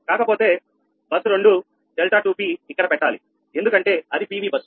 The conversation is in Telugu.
కాకపోతే బస్సు 2 𝛿2𝑝 ఇక్కడ పెట్టాలి ఎందుకంటే అది PVబస్సు